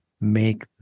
Make